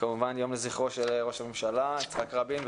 כמובן יום לזכרו של ראש הממשלה יצחק רבין,